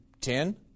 ten